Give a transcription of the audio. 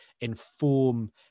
inform